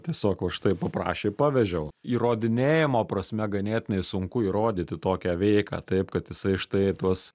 tiesiog va štai paprašė pavežiau įrodinėjimo prasme ganėtinai sunku įrodyti tokią veiką taip kad jisai štai tuos